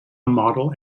model